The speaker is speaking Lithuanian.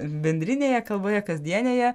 bendrinėje kalboje kasdienėje